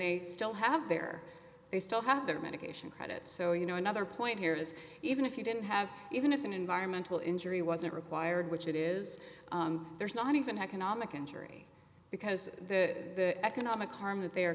they still have their they still have their medication credits so you know another point here is even if you didn't have even if an environmental injury wasn't required which it is there's not even economic injury because the economic harm that they are